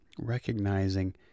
recognizing